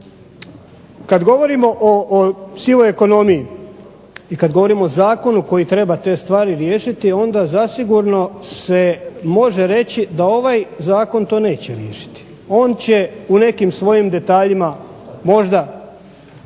Kada govorimo o sivoj ekonomiji i kada govorimo o zakonu koji treba te stvari riješiti onda zasigurno se može reći da ovaj Zakon to neće riješiti, on će u nekim svojim detaljima možda